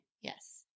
Yes